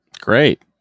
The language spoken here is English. Great